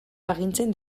agintzen